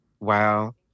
wow